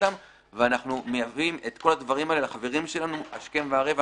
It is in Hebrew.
ואנחנו מייבאים את כל הדברים האלה לחברים שלנו השכם והערב.